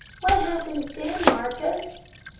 what happens then, marcus?